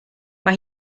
mae